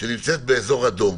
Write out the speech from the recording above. שנמצאת באזור אדום